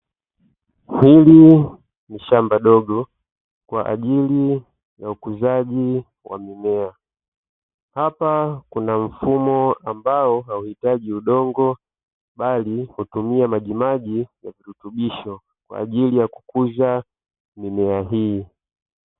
Hili ni shamba dogo kwa ajili ya ukuzaji wa mimea. Hapa kuna mfumo ambao hauhitaji udongo, bali hutumia majimaji ya virutubisho, kwa ajili ya kukuza mimea hii.